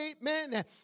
Amen